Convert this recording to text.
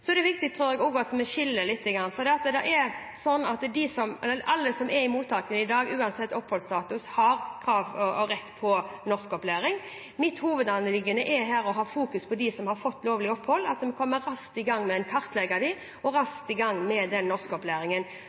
Så er det viktig også, tror jeg, at vi skiller litt her. Det er sånn at alle som er i mottak i dag, uansett oppholdsstatus, har krav på og rett til norskopplæring. Mitt hovedanliggende er å fokusere på dem som har fått lovlig opphold, at vi kommer raskt i gang med en kartlegging av dem og raskt i gang med norskopplæringen. På den